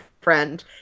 friend